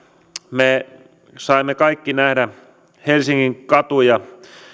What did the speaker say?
me saimme kaikki nähdä kun helsingin katuja